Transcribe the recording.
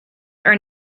are